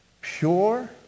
pure